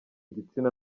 gitsina